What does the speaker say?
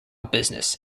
business